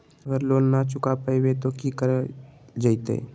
अगर लोन न चुका पैबे तो की करल जयते?